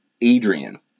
Adrian